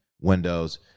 windows